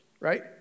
right